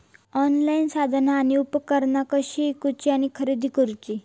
Online साधना आणि उपकरणा कशी ईकूची आणि खरेदी करुची?